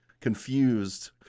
confused